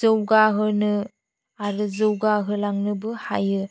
जौगाहोनो आरो जौगाहोलांनोबो हायो